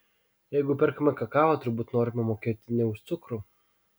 jeigu perkame kakavą turbūt norime mokėti ne už cukrų